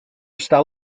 style